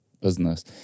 business